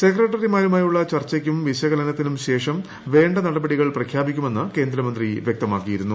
സെക്രട്ടറിമാരുമായുള്ള ചർച്ചയ്ക്കും വിശകലനത്തിനും പ്രഖ്യാപിക്കുമെന്ന് കേന്ദ്രമന്ത്രി വ്യക്തമാക്കിയിരുന്നു